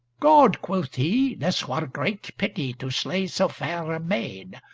god! quoth he, this were great pity to slay so fair a maid!